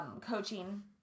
coaching